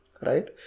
right